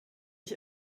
ich